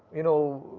you know,